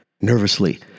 Nervously